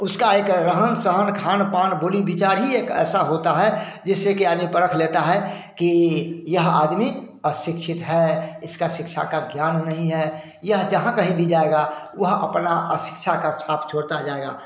उसका एक रहन सहन खान पान बोली विचार ही एक ऐसा होता है जिससे कि आदमी परख लेता है कि यह आदमी अशिक्षित है इसका शिक्षा का ज्ञान नहीं है यह जहाँ कहीं भी जाएगा वह अपना अशिक्षा का छाप छोड़ता जाएगा